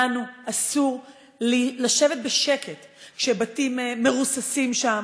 לנו אסור לשבת בשקט כשבתים מרוססים שם,